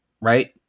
Right